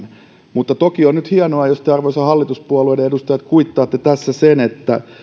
mutta toki on nyt hienoa jos te arvoisat hallituspuolueiden edustajat kuittaatte tässä sen että